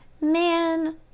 Man